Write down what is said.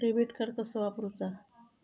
Debit card कसा वापरुचा?